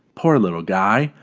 poor little guy.